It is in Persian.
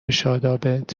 شادابت